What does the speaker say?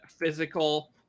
physical